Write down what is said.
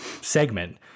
segment